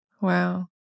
Wow